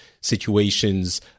situations